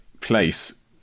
place